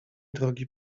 drogi